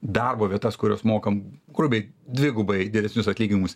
darbo vietas kurios mokam grubiai dvigubai geresnius atlyginimus